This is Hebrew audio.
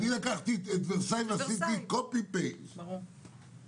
לקחתי את אסון ורסאי ועשיתי העתק-הדבק לגבי אסון מירון.